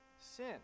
sin